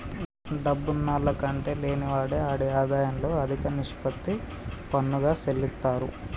డబ్బున్నాల్ల కంటే లేనివాడే ఆడి ఆదాయంలో అదిక నిష్పత్తి పన్నుగా సెల్లిత్తారు